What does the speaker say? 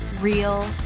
real